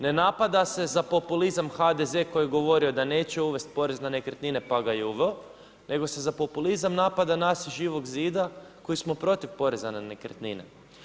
Ne napada se za populizam HDZ koji je govorio da neće uvesti porez na nekretnine pa ga je uveo nego se za populizam napada nas iz Živog zida koji smo protiv poreza na nekretnine.